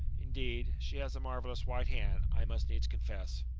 indeed, she has a marvell's white hand, i must needs confess.